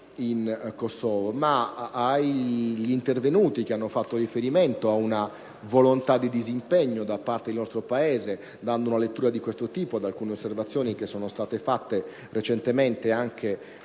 coloro che sono intervenuti e che hanno fatto riferimento ad una volontà di disimpegno da parte del nostro Paese, dando una lettura di questo tipo ad alcune osservazioni avanzate recentemente anche